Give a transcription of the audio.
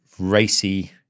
racy